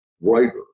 writer